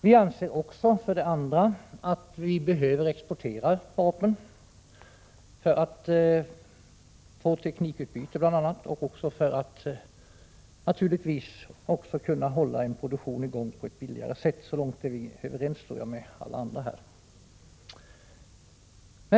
Vi anser vidare att vi behöver exportera vapen, bl.a. för att få ett teknikutbyte till stånd men naturligtvis också för att kunna hålla i gång produktionen på ett billigare sätt. Så långt tror jag att vi är överens med alla andra.